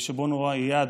שבו נורה איאד,